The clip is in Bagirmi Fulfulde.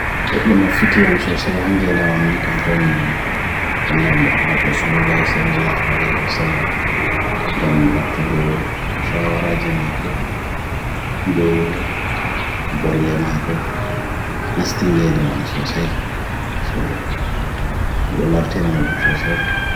Got lo mo fiti ham sosai hangi enam am nikankoni anag bambad rasoorila esad Allah alayhi wa salam gam lat to go, shawaraj maa go be boyle maa go nas tingi enam am sosai so bi lo ladhti ram holum sosai